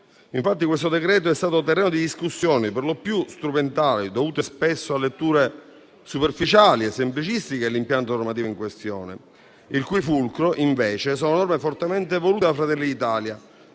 Infatti, questo decreto è stato terreno di discussioni, per lo più strumentali, dovute spesso a letture superficiali e semplicistiche dell'impianto normativo in questione, il cui fulcro, invece, sono norme fortemente volute da Fratelli d'Italia